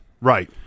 Right